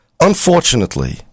Unfortunately